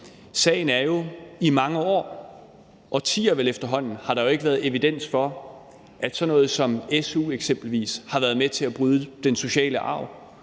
sagen er, at i mange år – årtier, vel efterhånden – har der ikke været evidens for, at sådan noget som eksempelvis su har været med til at bryde den sociale arv.